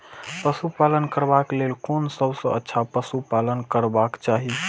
पशु पालन करबाक लेल कोन सबसँ अच्छा पशु पालन करबाक चाही?